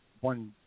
one